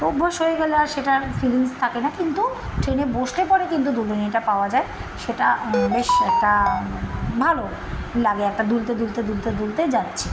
অভ্যাস হয়ে গেলে আর সেটার ফিলিংস থাকে না কিন্তু ট্রেনে বসলে পরে কিন্তু দুলুনিটা পাওয়া যায় সেটা বেশ একটা ভালো লাগে একটা দুলতে দুলতে দুলতে দুলতে যাচ্ছি